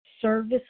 service